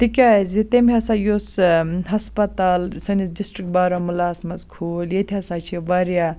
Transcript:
تکیٛازِ تٔمۍ ہَسا یُس ہَسپَتال سٲنِس ڈِسٹرک بارامُلاہَس مَنٛز کھوٗل ییٚتہِ ہَسا چھِ واریاہ